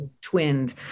twinned